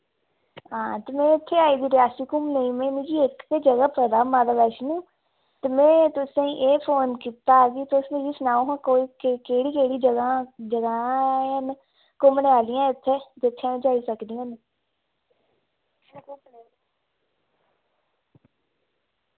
हां ते में इत्थे आई दी रियासी घूमने गी में मिकी इक गै जगह पता माता वैश्णो ते में तुसेंगी एह् फोन कीता कि तुस मिकी सनाओ हां कोई केह्ड़ी केह्ड़ी जगह जगह् हैन घूमने आह्लियां इत्थैं जित्थे अ'ऊं जाई सकनी हून